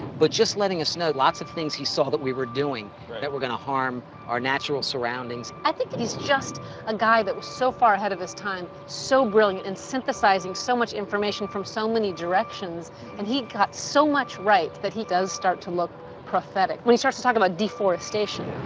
but just letting us know lots of things he saw that we were doing that were gonna harm our natural surroundings. i think that he's just a guy that was so far ahead of his time, so brilliant, and synthesizing so much information from so many directions and he got so much right that he does start to look prophetic. when he starts to talk about deforestation,